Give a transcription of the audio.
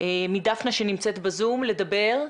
דפני לדבר.